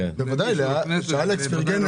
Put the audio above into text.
עדיין לא קיבלנו,